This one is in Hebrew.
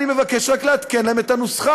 אני מבקש רק לעדכן להן את הנוסחה.